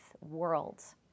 worlds